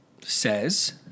says